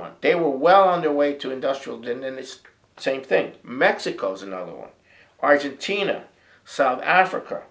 one they were well on their way to industrial been and it's the same thing mexico's you know argentina south africa